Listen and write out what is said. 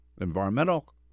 environmental